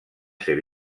ser